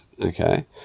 okay